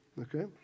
okay